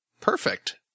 Perfect